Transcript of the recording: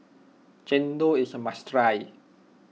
Chendol is a must try